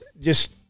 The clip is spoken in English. just-